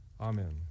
Amen